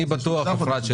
אפרת,